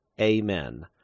Amen